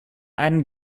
einen